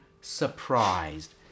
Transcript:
surprised